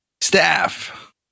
Staff